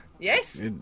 Yes